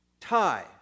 tie